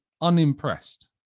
unimpressed